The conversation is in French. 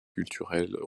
culturelles